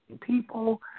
People